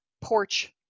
porch